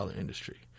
industry